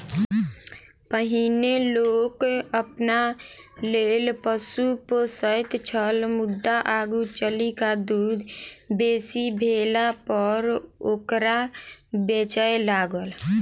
पहिनै लोक अपना लेल पशु पोसैत छल मुदा आगू चलि क दूध बेसी भेलापर ओकरा बेचय लागल